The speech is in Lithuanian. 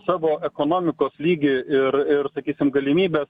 savo ekonomikos lygį ir ir sakysim galimybes